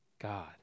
God